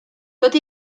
tot